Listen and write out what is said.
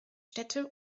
städte